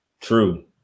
True